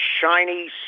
shiny